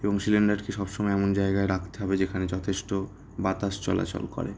এবং সিলিন্ডারকে সব সময় এমন জায়গায় রাখতে হবে যেখানে যথেষ্ট বাতাস চলাচল করে